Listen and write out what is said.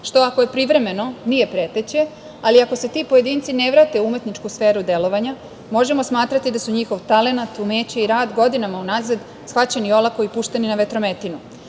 što ako je privremeno nije preteće, ali ako se ti pojedinci ne vrate u umetničku sferu delovanja možemo smatrati da su njihov talenat, umeće i rad godinama unazad shvaćeni olako i pušteni na vetrometinu. Ulaganje